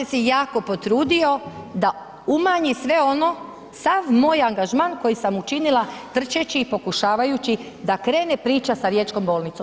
jako potrudio da umanji sve ono, sav moj angažman koji sam učinila trčeći i pokušavajući da krene priča sa riječkom bolnicom.